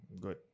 good